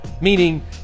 Meaning